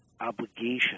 obligation